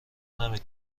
نمی